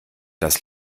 das